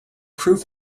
proof